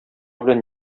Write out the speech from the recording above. белән